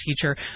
teacher